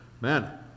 man